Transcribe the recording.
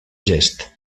gest